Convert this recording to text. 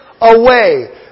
away